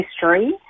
history